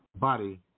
body